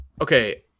okay